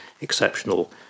exceptional